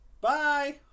Bye